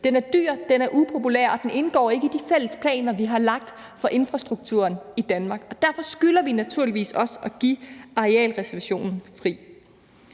Den er dyr, den er upopulær, og den indgår ikke i de fælles planer, vi har lagt for infrastrukturen i Danmark. Derfor skylder vi naturligvis også at give arealreservationen fri.